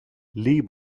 lee